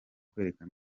kwereka